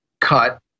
cut